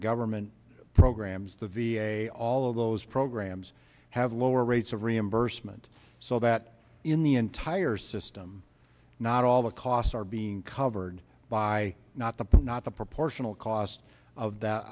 the government programs the v a all of those programs have lower rates of reimbursement so that in the entire system not all the costs are being covered by not the not the proportional cost of that